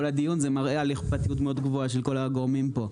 הדיון זה מראה על אכפתיות מאוד גדולה של כל הגורמים פה,